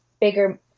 bigger